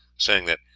saying that,